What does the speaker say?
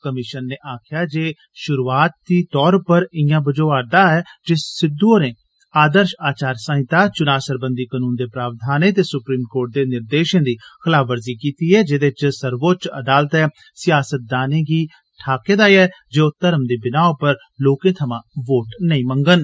commission नै आखेआ ऐ जे शुरुआत तौर उप्पर ईआं बझोआ'रदा ऐ जे सिद्ध होरें आदर्श आचार संहिता च्नां सरबंधी कानून दे प्रावधानें ते स्प्रीम कोर्ट दे निर्देशं दी खलाफवर्जी कीती ऐ जेहदे च सर्वोच्च अदालतै सियासतदानें गी ठाके दा ऐ जे ओह् धर्म दी बिनाह् उप्पर लोकें थमां वोट नेईं मंग्गन